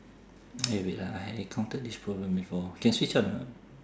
eh wait ah I encountered this problem before can switch on or not